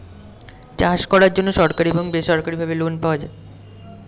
চাষ করার জন্য সরকারি এবং বেসরকারিভাবে লোন পাওয়া যায়